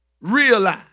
realize